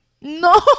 no